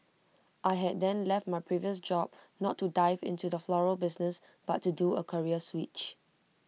I had then left my previous job not to dive into the floral business but to do A career switch